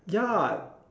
ya